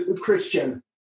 Christian